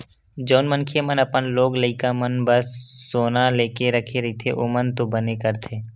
जउन मनखे मन अपन लोग लइका मन बर सोना लेके रखे रहिथे ओमन तो बने करथे